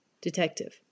Detective